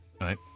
Right